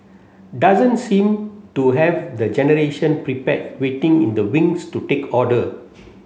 doesn't seem to have the generation prepared waiting in the wings to take order